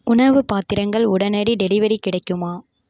உணவு பாத்திரங்கள் உடனடி டெலிவரி கிடைக்குமா